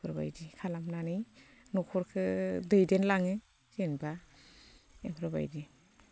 इफोरबायदि खालामनानै न'खरखो दैदेनलाङो जेन'बा इफोरबायदि